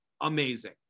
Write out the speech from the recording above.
amazing